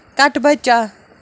کَٹہٕ بَچا